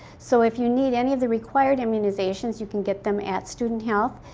so, if you need any of the required immunizations, you can get them at student health.